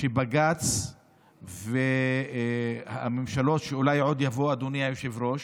שבג"ץ והממשלות שאולי עוד יבואו, אדוני היושב-ראש,